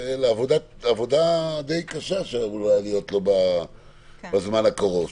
עבודה די קשה שעלולה להיות לו בזמן הקרוב?